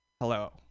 hello